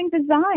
design